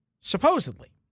Supposedly